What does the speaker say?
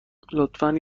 لطفا